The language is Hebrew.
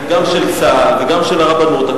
גם של צה"ל וגם של הרבנות,